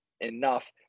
enough